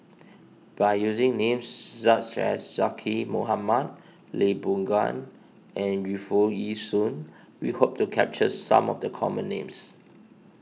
by using names such as Zaqy Mohamad Lee Boon Ngan and Yu Foo Yee Shoon we hope to capture some of the common names